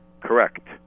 Correct